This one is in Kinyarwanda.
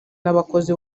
n’abakozi